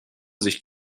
sich